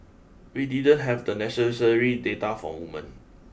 we didn't have the necessary data for woman